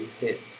hit